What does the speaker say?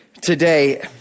today